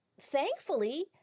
thankfully